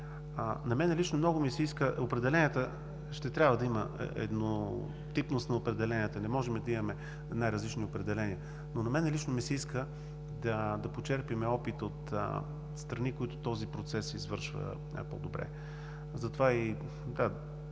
На мен лично много ми се иска да има еднотипност на определенията. Не може да имаме най-различни определения. На мен лично ми се иска да почерпим опит от страни, в които този процес се извършва по-добре.